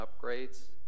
upgrades